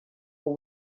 wowe